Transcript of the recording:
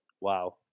Wow